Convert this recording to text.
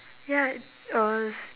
ya uh s~